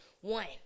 one